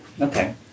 Okay